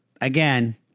Again